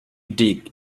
dig